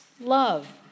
love